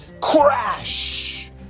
crash